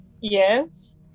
Yes